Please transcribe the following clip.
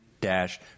dash